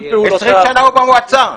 הוא 20 שנים במועצה.